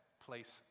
place